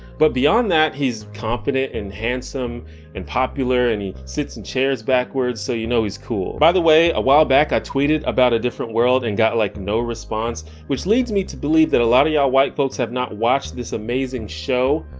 but beyond that he's confident and handsome and popular and he sits in chairs backwards so you know he's cool. by the way, a while back i tweeted about a different world, and got like no response, which leads me to believe that a lot of yall yeah white folks have not watched this amazing show.